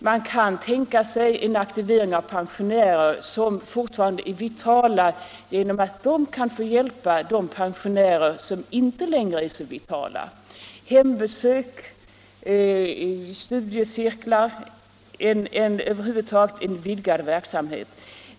Man kan också tänka sig en aktivering av pensionärer som fortfarande är vitala, genom att de kan få hjälpa andra pensionärer som inte längre är så vitala: genom hembesök, i studiecirklar, över huvud taget genom en vidgad verksamhet.